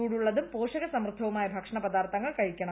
ചൂടുള്ളതും പോഷക സമൃദ്ധവുമായ ഭക്ഷണ പദാർത്ഥങ്ങൾ കഴിക്കണം